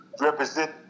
represent